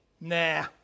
Nah